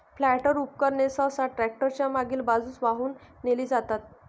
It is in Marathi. प्लांटर उपकरणे सहसा ट्रॅक्टर च्या मागील बाजूस वाहून नेली जातात